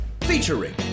featuring